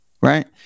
right